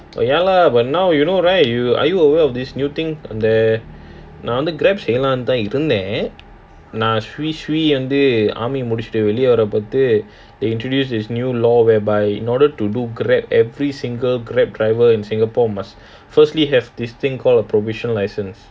oh ya lah but now you know right yo~ are you aware of this new thing அந்த:andha grab அதுல தான் இருந்தேன்:adhula thaan irunthaen they introduce this new law whereby in order to do grab every single Grab driver in singapore must firstly have this thing call a provisional license